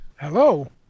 Hello